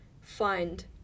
find